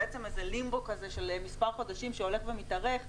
בעצם איזה לימבו כזה של מספר חודשים שהולך ומתארך,